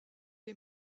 est